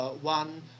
one